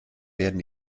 werden